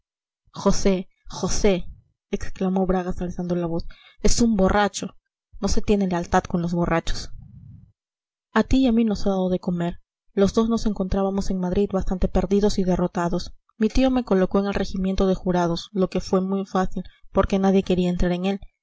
josé josé exclamó bragas alzando la voz es un borracho no se tiene lealtad con los borrachos a ti y a mí nos ha dado de comer los dos nos encontrábamos en madrid bastante perdidos y derrotados mi tío me colocó en el regimiento de jurados lo que fue muy fácil porque nadie quería entrar en él